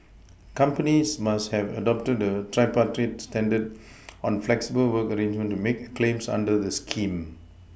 companies must have adopted the tripartite standard on flexible work arrangements to make claims under the scheme